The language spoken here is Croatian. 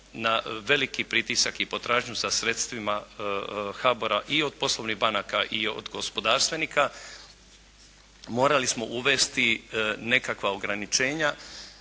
na veliki pritisak i potražnju za sredstvima HBOR-a i od poslovnih banaka i od gospodarstvenika, morali smo uvesti nekakva ograničenja.